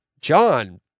John